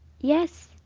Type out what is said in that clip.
Yes